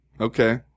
Okay